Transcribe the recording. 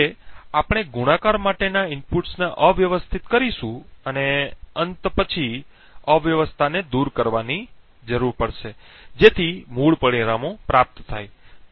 હવે આપણે ગુણાકાર માટેના ઇનપુટ્સને અવ્યવસ્થિત કરીશું અને અંત પછી અવ્યવસ્થાને દૂર કરવાની જરૂર પડશે જેથી મૂળ પરિણામો પ્રાપ્ત થાય